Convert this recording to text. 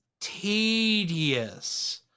tedious